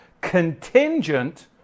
contingent